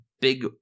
big